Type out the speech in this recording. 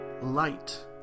light